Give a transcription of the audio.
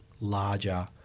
larger